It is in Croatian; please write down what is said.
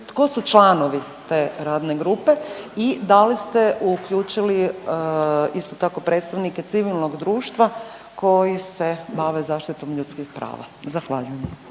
Tko su članovi te radne grupe i da li ste uključili isto tako predstavnike civilnog društva koji se bave zaštitom ljudskih prava? Zahvaljujem.